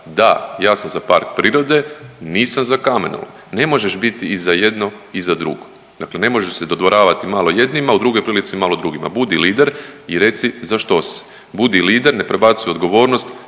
da ja sam za park prirode nisam za kamenolom. Ne možeš biti i za jedno i za drugo, dakle ne možeš se dodvoravati malo jednima u drugoj prilici malo drugima. Budi lider i reci za što si, budi lider ne prebacuj odgovornost